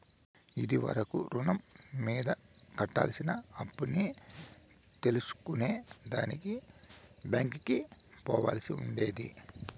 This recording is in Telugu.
ఇది వరకు రుణం మీద కట్టాల్సిన అప్పుని తెల్సుకునే దానికి బ్యాంకికి పోవాల్సి ఉండేది